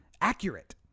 accurate